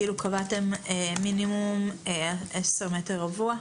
כאילו קבעתם מינימום 10 מטרים רבועים,